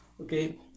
Okay